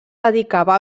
dedicava